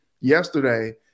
yesterday